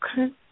Okay